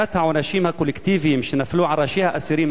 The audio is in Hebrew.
מכת העונשים הקולקטיביים שנפלו על ראשי האסירים